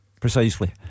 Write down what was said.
Precisely